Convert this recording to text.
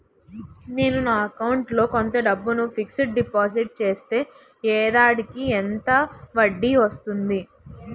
నేను నా అకౌంట్ లో కొంత డబ్బును ఫిక్సడ్ డెపోసిట్ చేస్తే ఏడాదికి ఎంత వడ్డీ వస్తుంది?